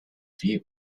view